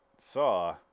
Saw